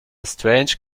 strange